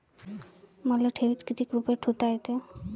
मले ठेवीत किती रुपये ठुता येते?